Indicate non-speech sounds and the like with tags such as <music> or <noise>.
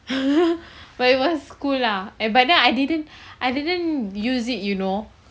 <laughs> but it was cool lah eh but then I didn't I didn't use it you know